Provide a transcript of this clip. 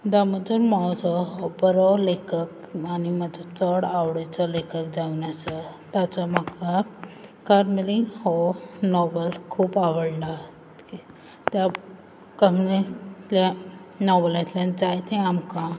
दामोदर मावजो हो बरो लेखक आनी म्हाजो चड आवडीचो लेखक जावन आसा ताचो म्हाका कार्मेलीन हो नॉवल खूब आवडला की त्या कम्युनीतल्या नॉवलांतल्यान जायतें आमकां